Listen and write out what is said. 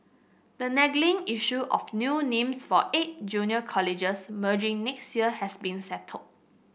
the niggling issue of new names for eight junior colleges merging next year has been settled